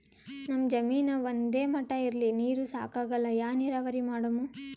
ನಮ್ ಜಮೀನ ಒಂದೇ ಮಟಾ ಇಲ್ರಿ, ನೀರೂ ಸಾಕಾಗಲ್ಲ, ಯಾ ನೀರಾವರಿ ಮಾಡಮು?